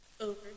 over